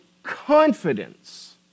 Confidence